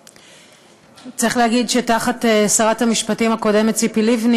צריך להגיד שתחת שרת המשפטים הקודמת ציפי לבני